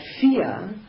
fear